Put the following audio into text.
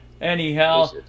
Anyhow